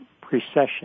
precession